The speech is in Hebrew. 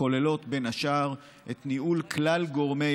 שכוללות בין השאר את ניהול כלל גורמי